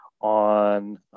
on